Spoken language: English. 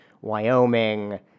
Wyoming